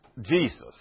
Jesus